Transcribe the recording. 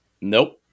Nope